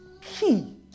key